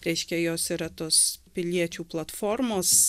reiškia jos yra tos piliečių platformos